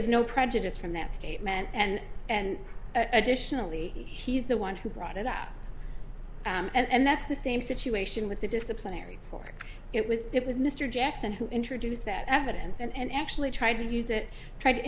is no prejudice from that statement and and additionally he's the one who brought it up and that's the same situation with the disciplinary fork it was it was mr jackson who introduced that evidence and actually tried to use it tried to